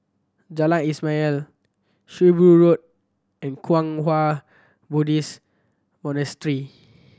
Jalan Ismail Shrewsbury Road and Kwang Hua Buddhist Monastery